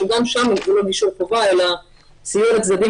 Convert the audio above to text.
שגם שם לא נקבע גישור חובה אלא סיוע לצדדים